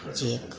जी